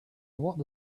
what